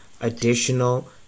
additional